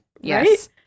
Yes